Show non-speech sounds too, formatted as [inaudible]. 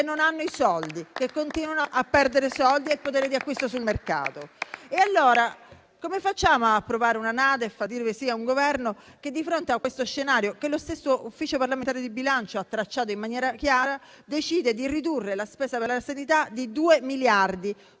non hanno i soldi, che continuano a perdere risorse e potere di acquisto sul mercato. [applause] Come facciamo ad approvare una NADEF, a dire di sì a un Governo che di fronte a questo scenario, che lo stesso Ufficio parlamentare di bilancio ha tracciato in maniera chiara, decide di ridurre la spesa per la sanità di due miliardi,